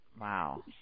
wow